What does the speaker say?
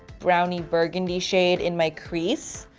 brownie burgundy shade in my crease.